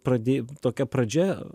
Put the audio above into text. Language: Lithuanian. pradė tokia pradžia